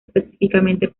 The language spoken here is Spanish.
específicamente